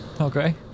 Okay